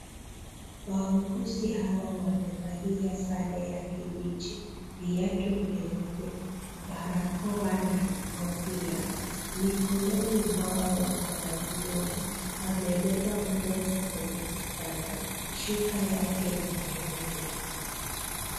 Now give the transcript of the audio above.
Wauguzi hawa wamevalia sare ya kibichi, viatu vyeupe, barakoa na kofia. Mikononi mwao wako na glovu. Wamebeba mgonjwa kwenye kitanda, shuka yake ni nyeupe.